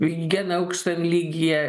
higiena aukštam lygyje